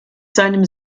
seinem